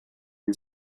wir